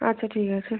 আচ্ছা ঠিক আছে